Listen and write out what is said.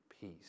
peace